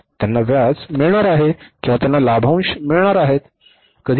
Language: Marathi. त्यांना व्याज मिळणार आहे किंवा त्यांना लाभांश मिळणार आहेत